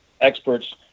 experts